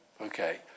Okay